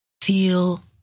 Feel